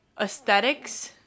aesthetics